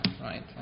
right